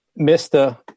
Mr